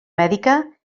mèdica